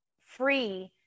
free